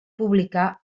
publicà